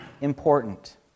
important